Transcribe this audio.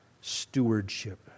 Stewardship